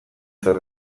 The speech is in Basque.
zer